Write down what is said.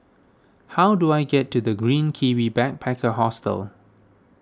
how do I get to the Green Kiwi Backpacker Hostel